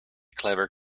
clever